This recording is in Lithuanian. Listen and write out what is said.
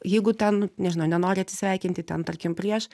jeigu ten nežinau nenori atsisveikinti ten tarkim prieš